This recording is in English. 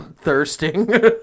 thirsting